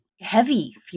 heavy